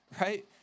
right